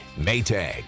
Maytag